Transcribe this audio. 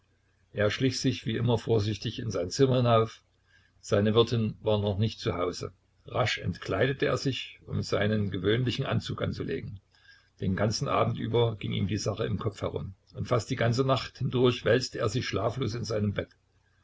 er schlich sich wie immer vorsichtig in sein zimmer hinauf seine wirtin war noch nicht zu hause rasch entkleidete er sich um seinen gewöhnlichen anzug anzulegen den ganzen abend über ging ihm die sache im kopf herum und fast die ganze nacht hindurch wälzte er sich schlaflos in seinem bett